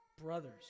brothers